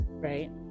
right